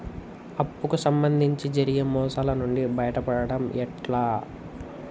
అప్పు కు సంబంధించి జరిగే మోసాలు నుండి బయటపడడం ఎట్లా?